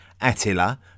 Attila